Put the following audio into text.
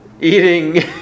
eating